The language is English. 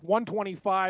125